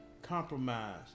compromise